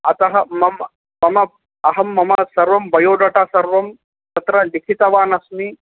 अतः मम मम अहं मम सर्वं बयोडाटा सर्वं तत्र लिखितवानस्मि